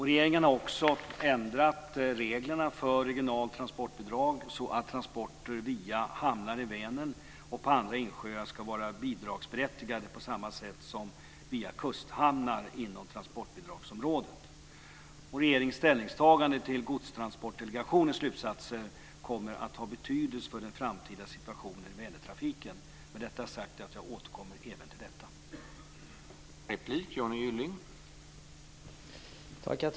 Regeringen har också ändrat reglerna för regionalt transportbidrag så att transporter via hamnar i Vänern och på andra insjöar ska vara bidragsberättigade på samma sätt som via kusthamnar inom transportbidragsområdet. Regeringens ställningstagande till Godstransportdelegationens slutsatser kommer att ha betydelse för den framtida situationen i Vänertrafiken. Med detta har jag sagt att jag återkommer även till denna fråga.